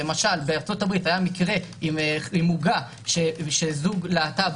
למשל: בארצות הברית היה מקרה שזוג להט"ב